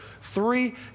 Three